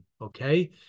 okay